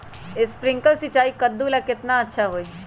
Sprinkler सिंचाई कददु ला केतना अच्छा होई?